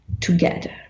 together